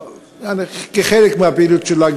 כחלק מהפעילות שלה,